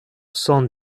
cent